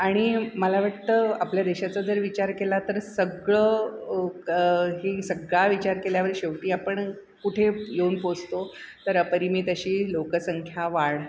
आणि मला वाटतं आपल्या देशाचा जर विचार केला तर सगळं क ही सगळा विचार केल्यावर शेवटी आपण कुठे येऊन पोचतो तर अपरिमित अशी लोकसंख्या वाढ